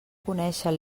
conèixer